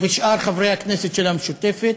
ושאר חברי הכנסת של המשותפת,